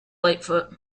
lightfoot